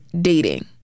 Dating